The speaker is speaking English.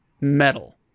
metal